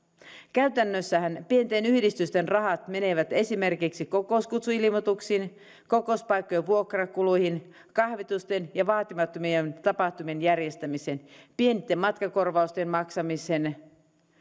käytännössähän pienten yhdistysten rahat menevät esimerkiksi kokouskutsuilmoituksiin kokouspaikkojen vuokrakuluihin kahvitusten ja vaatimattomien tapahtumien järjestämiseen pienten matkakorvausten maksamiseen